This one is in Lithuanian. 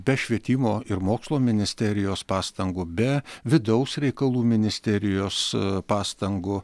be švietimo ir mokslo ministerijos pastangų be vidaus reikalų ministerijos pastangų